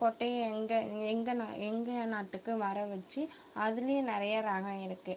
கொட்டையை எங்கள் எங்கள் நாங் எங்கள் நாட்டுக்கு வரவச்சு அதிலேயும் நிறையா ரகம் இருக்குது